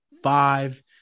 Five